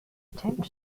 attempt